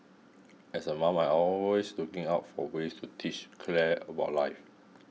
as a mom always looking out for ways to teach Claire about life